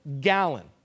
gallon